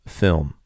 film